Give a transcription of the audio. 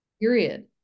Period